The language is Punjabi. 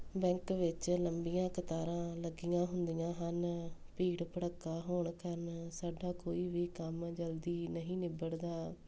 ਬੈਂਕ ਵਿੱਚ ਲੰਬੀਆਂ ਕਤਾਰਾਂ ਲੱਗੀਆਂ ਹੁੰਦੀਆਂ ਹਨ ਭੀੜ ਭੜੱਕਾ ਹੋਣ ਕਾਰਨ ਸਾਡਾ ਕੋਈ ਵੀ ਕੰਮ ਜਲਦੀ ਨਹੀਂ ਨਿਬੜਦਾ